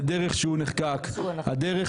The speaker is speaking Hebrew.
לדרך שהוא נחקק --- (היו"ר משה ארבל)